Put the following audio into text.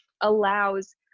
allows